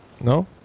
No